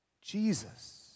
Jesus